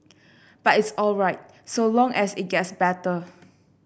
but it's all right so long as it gets better